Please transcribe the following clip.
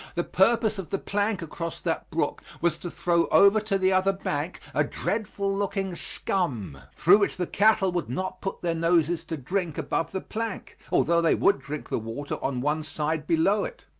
the purpose of the plank across that brook was to throw over to the other bank a dreadful-looking scum through which the cattle would not put their noses to drink above the plank, although they would drink the water on one side below it.